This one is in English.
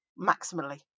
maximally